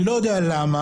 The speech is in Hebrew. אני לא יודע למה,